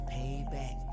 Payback